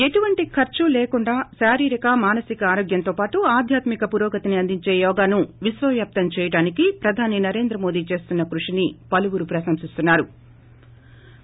ఎటువంటి ఖర్చూ లేకుండా శారీరక మానసిక ఆరోగ్యంతో పాటు ఆధ్యాత్మిక పురోగతిని అందించే యోగాను విశ్వవ్యాప్తం చేయడానికి ప్రధానీ నరేంద్ర మోడీ చేస్తున్న కృషిని పలువురు ప్రసంసిస్తున్నారు